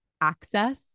access